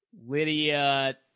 Lydia